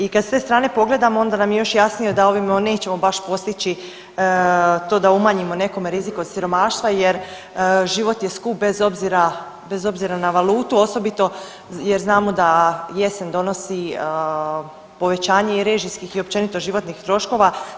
I kad s te strane pogledamo onda nam je još jasnije da ovim nećemo baš postići to da umanjimo nekome rizik od siromaštva jer život je skup bez obzira, bez obzira na valutu osobito jer znamo da jesen donosi povećanje i režijskih i općenito životnih troškova.